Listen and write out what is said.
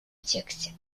тексте